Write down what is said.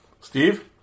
Steve